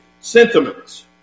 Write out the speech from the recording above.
sentiments